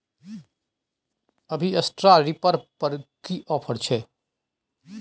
अभी straw reaper पर की ऑफर छै?